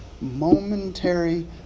momentary